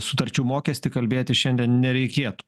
sutarčių mokestį kalbėti šiandien nereikėtų